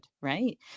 right